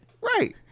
Right